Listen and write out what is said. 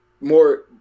more